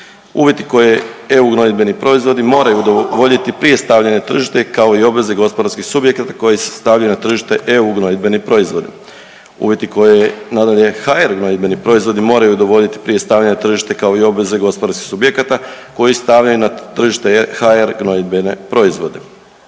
uvjeti koje EU gnojdbeni proizvodi moraju udovolji prije stavljanja na tržište kao i obveze gospodarskih subjekata koji se stavljaju na tržište EU gnojidbeni proizvodi, uvjeti koje nadalje HR gnojidbeni proizvodi moraju udovoljiti prije stavljanja na tržište kao i obveze gospodarskih subjekata koji stavljaju na tržište HR gnojidbene proizvode.